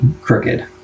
crooked